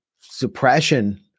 suppression